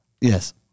Yes